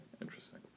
Interesting